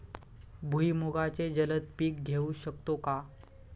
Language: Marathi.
भुईमुगाचे जलद पीक घेऊ शकतो का?